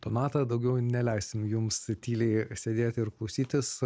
donata daugiau neleisim jums tyliai sėdėti ir klausytis